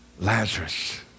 Lazarus